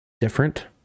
different